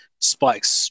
spikes